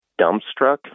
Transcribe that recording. dumbstruck